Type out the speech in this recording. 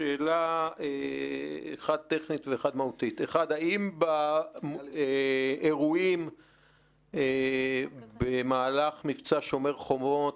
שאלה אחת טכנית ואחת מהותית האם באירועים במהלך מבצע שומר חומות,